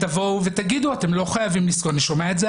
אז תבואו ותגידו: אתם לא חייבים לשכור.